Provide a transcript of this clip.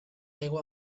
aigua